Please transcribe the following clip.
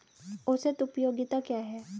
औसत उपयोगिता क्या है?